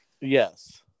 Yes